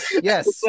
Yes